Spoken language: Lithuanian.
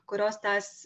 kurios tas